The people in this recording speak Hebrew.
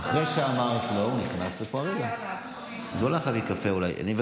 אחרי שאמרת לו, הוא נכנס לפה כרגע.